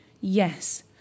yes